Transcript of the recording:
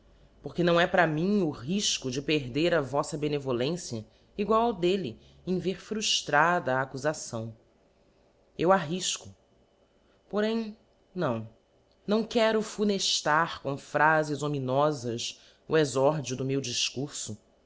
porque não é para mim o rifco de perder a demosthexes votsa benevolência egual ao d elle em ver fruífarada a accufacáo eu arriíco porém não náo quero funeflar com phralcs ominofas o exórdio do meu diícurfo